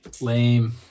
Lame